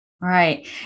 Right